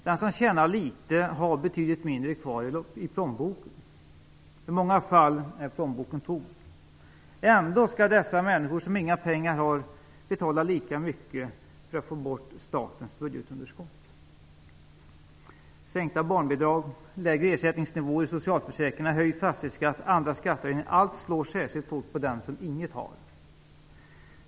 Den som tjänar litet har betydligt mindre kvar i plånboken - i många fall är plånboken tom. Ändå skall dessa människor, som inga pengar har, betala lika mycket för att få bort statens budgetunderskott. Sänkta barnbidrag, lägre ersättningsnivåer i socialförsäkringarna, höjd fastighetsskatt, andra skattehöjningar - allt slår särskilt hårt på den som inget har.